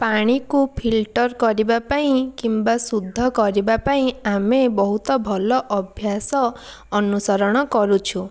ପାଣିକୁ ଫିଲଟର୍ କରିବା ପାଇଁ କିମ୍ବା ଶୁଦ୍ଧ କରିବା ପାଇଁ ଆମେ ବହୁତ ଭଲ ଅଭ୍ୟାସ ଅନୁସରଣ କରୁଛୁ